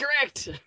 correct